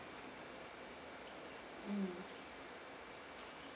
mm